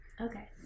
Okay